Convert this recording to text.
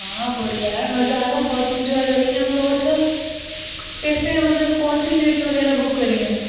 ہاں بڑی یار مزہ آئے گا بہت انجوائے کریں گے ہم لوگ اچھا کیسے مطلب کون سی سیٹس وغیرہ بک کریں گے